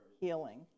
healing